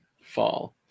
Fall